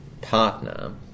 partner